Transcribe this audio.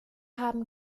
haben